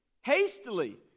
hastily